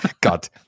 God